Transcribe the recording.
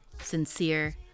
Sincere